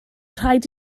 rhaid